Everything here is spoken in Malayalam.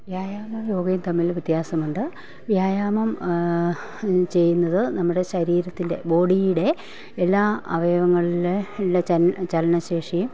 വ്യായാമവും യോഗയും തമ്മിൽ വ്യത്യാസമുണ്ട് വ്യായാമം ചെയ്യുന്നത് നമ്മുടെ ശരീരത്തിന്റെ ബോഡിയുടെ എല്ലാ അവയവങ്ങളിലെ ഉള്ള ചൽ ചലന ശേഷി